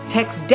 Text